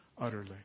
utterly